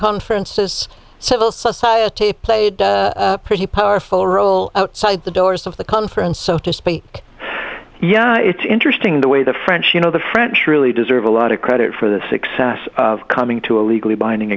conferences civil society played a pretty powerful role outside the doors of the conference so to speak yeah it's interesting the way the french you know the french really deserve a lot of credit for the success of coming to a legally binding